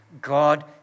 God